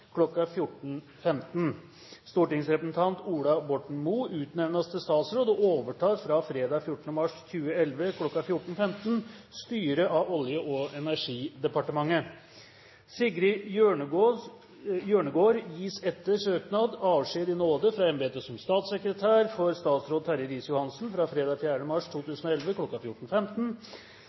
Stortingsrepresentant Ola Borten Moe utnevnes til statsråd og overtar fra fredag 4. mars 2011 kl. 14.15 styret av Olje- og energidepartementet. Sigrid Hjørnegård gis etter søknad avskjed i nåde fra embetet som statssekretær for statsråd Terje Riis-Johansen fra fredag 4. mars 2011